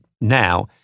now